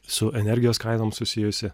su energijos kainom susijusi